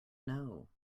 know